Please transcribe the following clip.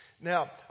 Now